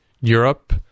Europe